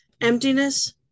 Emptiness